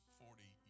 forty